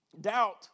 Doubt